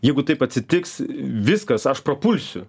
jeigu taip atsitiks viskas aš prapulsiu